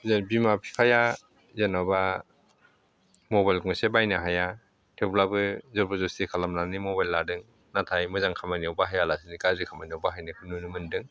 जों बिमा बिफाया जेनेबा मबाइल गंसे बायनो हाया थेवब्लाबो जबरदस्ति खालामनानै मबाइल लादों नाथाय मोजां खामानियाव बाहाया लासिनो गाज्रि खामानियाव बाहायनायखौ नुनो मोनदों